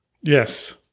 Yes